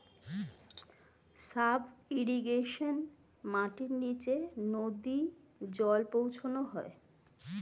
sub irrigation মাটির নিচে নদী জল পৌঁছানো হয়